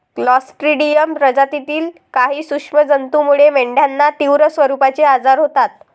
Clostridium प्रजातीतील काही सूक्ष्म जंतूमुळे मेंढ्यांना तीव्र स्वरूपाचे आजार होतात